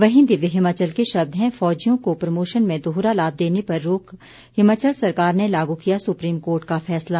वहीं दिव्य हिमाचल के शब्द हैं फोजियों को प्रोमोशन में दोहरा लाभ देने पर रोक हिमाचल सरकार ने लागू किया सुप्रीम कोर्ट का फैसला